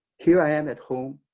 here i am at home